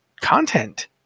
content